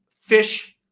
fish